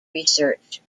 research